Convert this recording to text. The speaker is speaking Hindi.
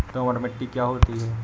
दोमट मिट्टी क्या होती हैं?